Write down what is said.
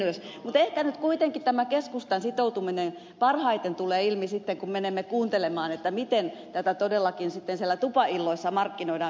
mutta ehkä nyt kuitenkin tämä keskustan sitoutuminen parhaiten tulee ilmi sitten kun menemme kuuntelemaan miten tätä todellakin sitten siellä tupailloissa markkinoidaan